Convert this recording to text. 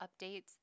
updates